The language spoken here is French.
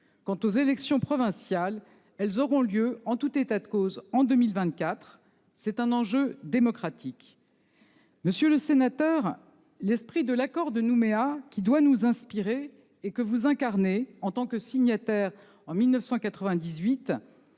Quant aux élections provinciales, elles auront lieu en tout état de cause en 2024 : c'est un enjeu démocratique. Monsieur le sénateur, l'esprit de l'accord de Nouméa, qui doit nous inspirer et que vous incarnez en tant que signataire en 1998,